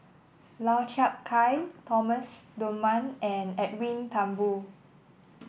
Lau Chiap Khai Thomas Dunman and Edwin Thumboo